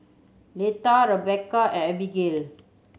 Leatha Rebecca and Abigayle